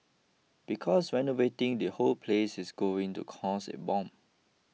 because renovating the whole place is going to cost a bomb